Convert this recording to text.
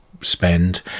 spend